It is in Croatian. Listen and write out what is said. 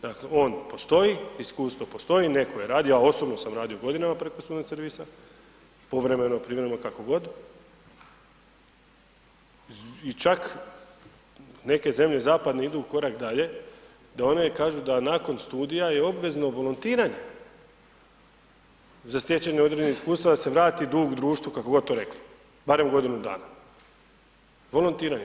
Dakle on postoji, iskustvo postoji, neko je radio, ja osobno sam radio godinama preko student servisa, povremeno, privremeno kakogod i čak neke zemlje zapadne idu u korak dalje da one kažu da nakon studija je obvezno volontiranje za stjecanje određenog iskustva da se vrati dug društvu, kako god to rekli, barem godinu dana, volontiranje.